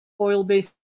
oil-based